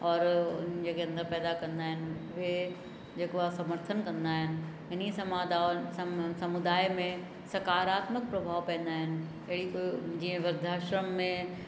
औरि उन जॻहियुनि तां पैदा कंदा आहिनि उहे जेको आहे समर्थन कंदा आहिनि इन ई समादावन सम समुदाय में सकारात्मक प्रभाव पवंदा आहिनि अहिड़ी कोई जीअं वृद्धाश्रम में